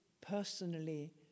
personally